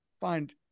find